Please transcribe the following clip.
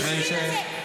מפלגת העבודה,